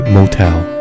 Motel